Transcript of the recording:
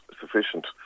sufficient